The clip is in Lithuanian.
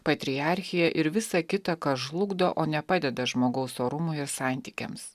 patriarchija ir visa kita kas žlugdo o ne padeda žmogaus orumui ir santykiams